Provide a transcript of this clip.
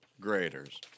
graders